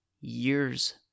years